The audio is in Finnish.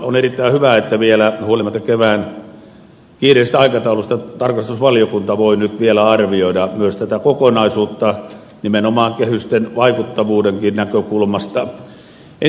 on erittäin hyvä että vielä huolimatta kevään kiireisestä aikataulusta tarkastusvaliokunta voi nyt vielä arvioida myös tätä kokonaisuutta nimenomaan kehysten vaikuttavuudenkin näkökulmasta